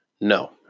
no